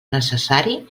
necessari